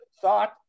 thought